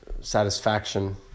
satisfaction